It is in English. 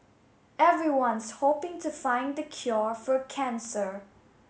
everyone's hoping to find the cure for cancer